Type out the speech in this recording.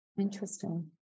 Interesting